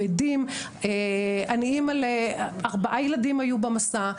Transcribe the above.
אני אימא לארבעה ילדים שהיו במסע,